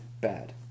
bad